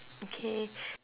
okay